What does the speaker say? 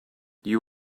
you